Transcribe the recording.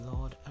Lord